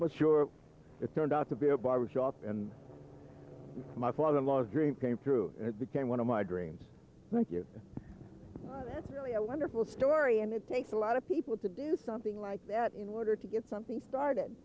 but sure it turned out to be a barber shop and my father in law's dream came true and became one of my dreams thank you that's really a wonderful story and it takes a lot of people to do something like that in order to get something started